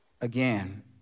again